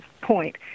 point